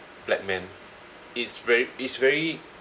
black man it's very it's very